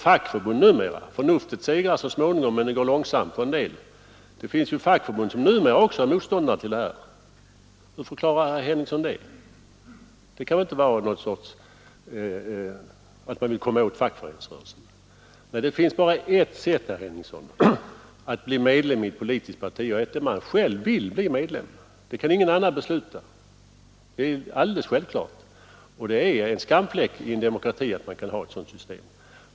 Förnuftet segrar så småningom — men det går långsamt för en del — och det finns numera fackförbund som också är motståndare till kollektivanslutning. Hur förklarar herr Henningsson det? Det kan inte bero på att de vill komma åt fackföreningsrörelsen! Nej, herr Henningsson, det finns bara ett riktigt sätt att bli medlem i ett politiskt parti, nämligen att man själv vill bli medlem. Självfallet kan ingen annan besluta om det, och det är en skamfläck i en demokrati att ha ett sådant system.